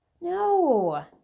no